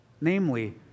namely